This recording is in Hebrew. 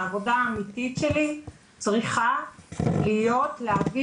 העבודה האמיתית שלי צריכה להיות להביא